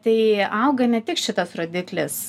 tai auga ne tik šitas rodiklis